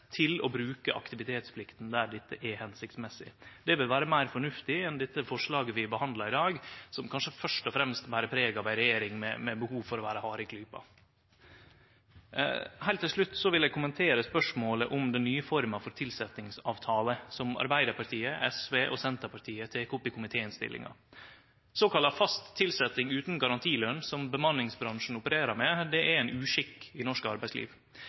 til å bruke aktivitetsplikten der dette er hensiktsmessig. Det vil vere meir fornuftig enn dette forslaget vi behandlar i dag, som kanskje først og fremst ber preg av ei regjering med behov for å vere hard i klypa. Heilt til slutt vil eg kommentere spørsmålet om den nye forma for tilsetjingsavtale, som Arbeidarpartiet, SV og Senterpartiet tek opp i komitéinnstillinga. Såkalla fast tilsetjing utan garantiløn, som bemanningsbransjen opererer med, er ein uskikk i norsk arbeidsliv.